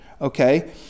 okay